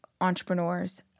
entrepreneurs